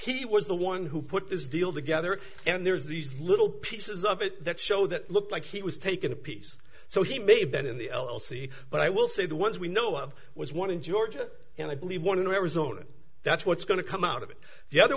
he was the one who put this deal together and there is these little pieces of it that show that looked like he was taking a piece so he may have been in the l l c but i will say that once we know of was one in georgia and i believe one in arizona that's what's going to come out of it the other